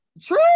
true